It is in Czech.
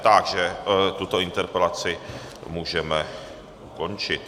Takže tuto interpelaci můžeme ukončit.